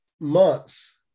months